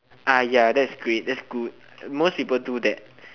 ya that's great that's good most people do that